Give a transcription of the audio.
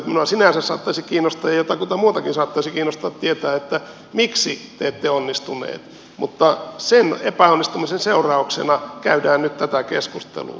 minua sinänsä saattaisi kiinnostaa ja jotakuta muutakin saattaisi kiinnostaa tietää miksi te ette onnistuneet mutta sen epäonnistumisen seurauksena käydään nyt tätä keskustelua